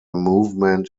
movement